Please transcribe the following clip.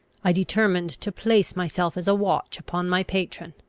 i determined to place myself as a watch upon my patron.